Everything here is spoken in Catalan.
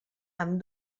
amb